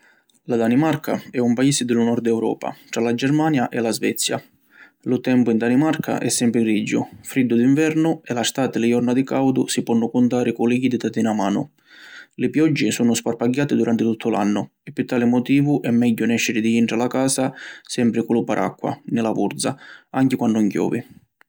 La Danimarca è un paisi di lu nord Europa, tra la Germania e la Svezia. Lu tempu in Danimarca è sempri grigiu, friddu di nvernu e la stati li jorna di caudu si ponnu cuntari cu li jidita di na manu. Li pioggi sunnu sparpagghiati duranti tuttu l’annu e pi tali motivu è megghiu nesciri di intra la casa sempri cu lu paracqua ni la vurza anchi quannu ‘un chiovi.